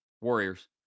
Warriors